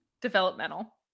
developmental